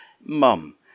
Mum